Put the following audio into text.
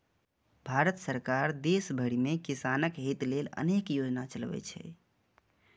भारत सरकार देश भरि मे किसानक हित लेल अनेक योजना चलबै छै